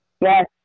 Yes